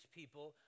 people